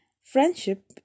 Friendship